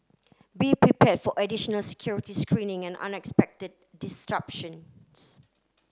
be prepared for additional security screening and unexpected disruptions